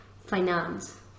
finance